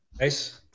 Nice